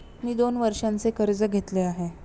मी दोन वर्षांचे कर्ज घेतले आहे